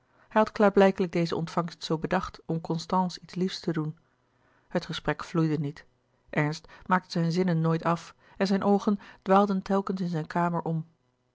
had klaarblijkelijk deze ontvangst zoo bedacht om constance iets liefs te doen het gesprek vloeide niet ernst maakte zijn zinnen nooit af en zijne oogen dwaalden telkens in zijne kamer om